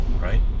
right